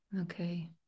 okay